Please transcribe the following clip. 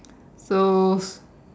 so